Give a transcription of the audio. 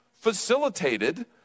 facilitated